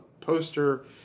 poster